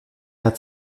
hat